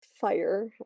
fire